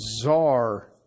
bizarre